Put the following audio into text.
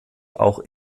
auch